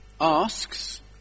asks